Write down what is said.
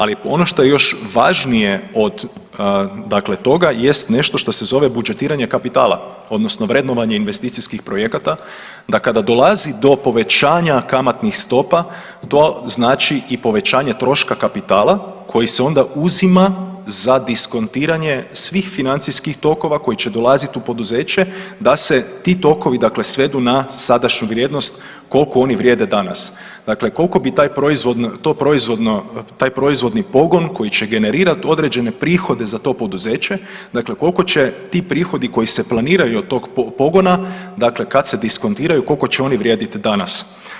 Ali ono što je još važnije od, dakle toga jest nešto šta se zove budžetiranje kapitala odnosno vrednovanje investicijskih projekata da kada dolazi do povećanja kamatnih stopa to znači i povećanje troška kapitala koji se onda uzima za diskontiranje svih financijskih tokova koji će dolazit u poduzeće da se ti tokovi dakle svedu na sadašnju vrijednost koliko oni vrijede danas, dakle koliko bi taj proizvodni pogon koji će generirat određene prihode za to poduzeće, dakle koliko će ti prihodi koji se planiraju od tog pogona, dakle kad se diskontiraju, koliko će oni vrijedit danas.